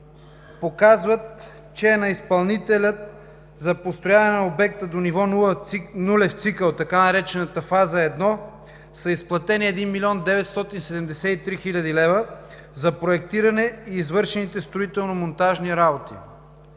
показват, че на изпълнителя за построяване на обекта до ниво нулев цикъл, така наречената фаза 1, са изплатени 1 млн. 973 хил. лв. за проектиране и извършване на строително-монтажни работи.